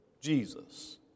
Jesus